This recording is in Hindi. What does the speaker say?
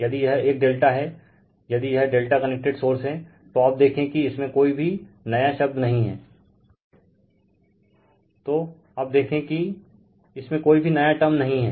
यदि यह एक ∆ है यदि यह ∆ कनेक्टेड सोर्स हैं तो अब देखे कि इसमे कोई भी नया टर्म नही हैं